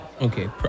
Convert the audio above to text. Okay